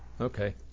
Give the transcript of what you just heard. okay